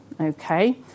Okay